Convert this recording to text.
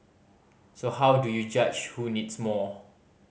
so how do you judge who needs more